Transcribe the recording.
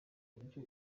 buryo